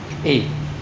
eh